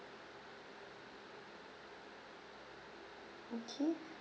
okay